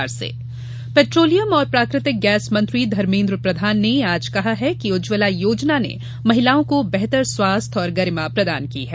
उज्जवला योजना पेट्रोलियम और प्राकृतिक गैस मंत्री धर्मेद्र प्रधान ने आज कहा कि उज्जवला योजना ने महिलाओं को बेहतर स्वास्थ्य और गरिमा प्रदान की है